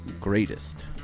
greatest